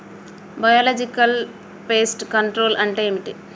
Biological pest control అంటే ఏమిటి?